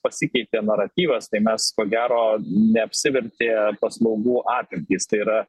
pasikeitė naratyvas tai mes ko gero neapsivertė paslaugų apimtys tai yra